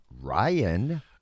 Ryan